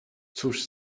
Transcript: cóż